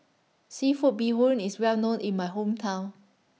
Seafood Bee Hoon IS Well known in My Hometown